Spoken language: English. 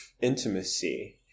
intimacy